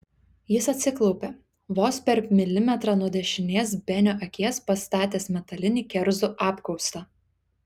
jis atsiklaupė vos per milimetrą nuo dešinės benio akies pastatęs metalinį kerzų apkaustą